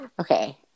Okay